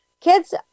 Kids